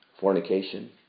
fornication